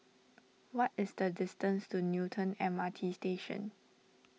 what is the distance to Newton M R T Station